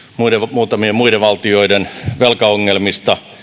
muutamien muiden valtioiden velkaongelmista